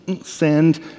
Send